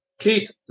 Keith